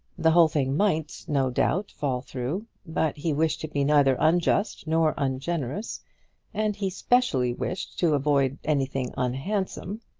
the whole thing might, no doubt, fall through, but he wished to be neither unjust nor ungenerous and he specially wished to avoid anything unhandsome.